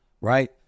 Right